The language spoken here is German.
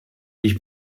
ich